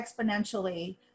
exponentially